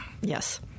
Yes